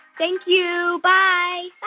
thank you. bye bye